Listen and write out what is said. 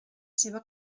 seva